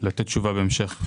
לתת תשובה בהמשך.